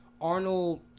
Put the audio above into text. Arnold